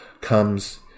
comes